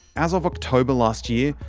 as of october last year,